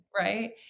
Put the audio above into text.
right